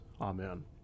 Amen